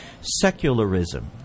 secularism